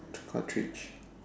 cartridge